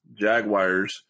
Jaguars